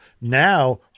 Now